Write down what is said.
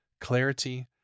clarity